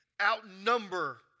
outnumber